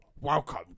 welcome